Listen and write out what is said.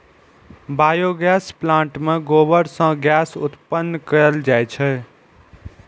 biogas plant मे गोबर सं गैस उत्पन्न कैल जाइ छै